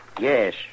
Yes